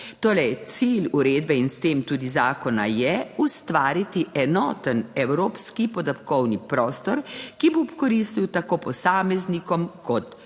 cilj uredbe in s tem tudi zakona je ustvariti enoten evropski podatkovni prostor, ki bo koristil tako posameznikom kot